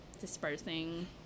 dispersing